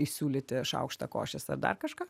įsiūlyti šaukštą košės ar dar kažką